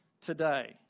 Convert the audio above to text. today